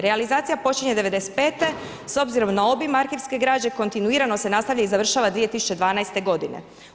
Realizacija počinje '95. s obzirom na obim arhivske građe kontinuirano se nastavlja i završava 2012. godine.